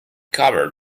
covered